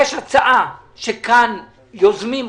יש הצעה שכאן יוזמים אותה,